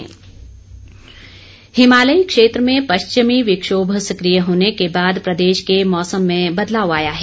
मौसम हिमालय क्षेत्र में पश्चिम विक्षोभ सक्रिय होने के बाद प्रदेश के मौसम में बदलाव आया है